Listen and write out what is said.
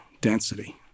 density